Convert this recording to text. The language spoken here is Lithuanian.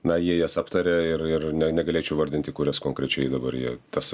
na jie jas aptarė ir ir ne negalėčiau įvardinti kurias konkrečiai dabar jie tas